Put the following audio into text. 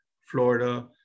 Florida